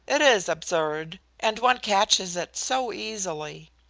it is absurd, and one catches it so easily.